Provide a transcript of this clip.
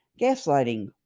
gaslighting